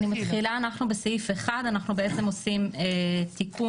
אני מתחילה, אנחנו בסעיף 1. אנחנו עושים תיקון.